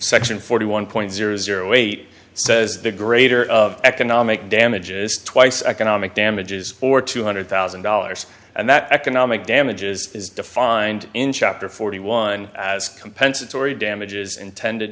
section forty one point zero zero eight says the greater of economic damages twice economic damages or two hundred thousand dollars and that economic damages is defined in chapter forty one as compensatory damages intended